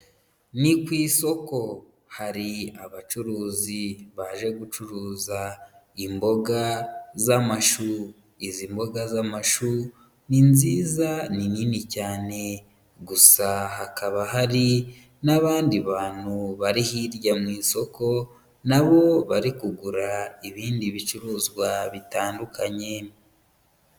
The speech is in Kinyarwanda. Ni ku isoko, hari abacuruzi baje gucuruza imboga z'amashu. Izi mboga z'amashu, ni nziza, ni nini cyane. Gusa hakaba hari, n'abandi bantu bari hirya mu isoko, na bo bari kugura ibindi bicuruzwa bitandukanye.